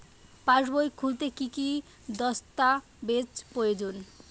পাসবই খুলতে কি কি দস্তাবেজ প্রয়োজন?